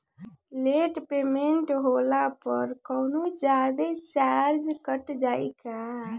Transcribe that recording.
Late payment होला पर कौनोजादे चार्ज कट जायी का?